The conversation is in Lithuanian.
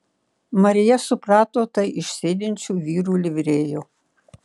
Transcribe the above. marija suprato tai iš sėdinčių vyrų livrėjų